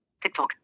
TikTok